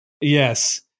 yes